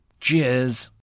cheers